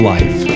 Life